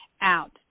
out